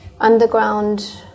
underground